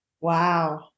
Wow